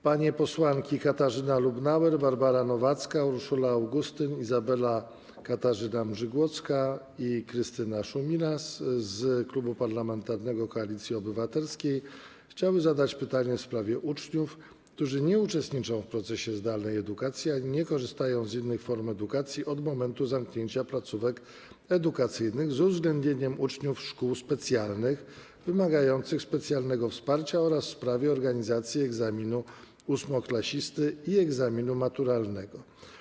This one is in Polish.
Panie posłanki Katarzyna Lubnauer, Barbara Nowacka, Urszula Augustyn, Izabela Katarzyna Mrzygłocka i Krystyna Szumilas z Klubu Parlamentarnego Koalicja Obywatelska chcą zadać pytanie w sprawie uczniów, którzy nie uczestniczą w procesie zdalnej edukacji ani nie korzystają z innych form edukacji od momentu zamknięcia placówek edukacyjnych, z uwzględnieniem uczniów szkół specjalnych wymagających specjalnego wsparcia, oraz w sprawie organizacji egzaminu ósmoklasisty i egzaminu maturalnego.